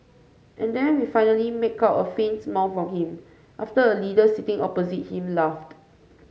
and then we finally make out a faint smile from him after a leader sitting opposite him laughed